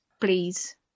please